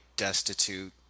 destitute